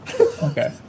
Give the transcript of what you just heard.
Okay